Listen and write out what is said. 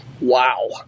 Wow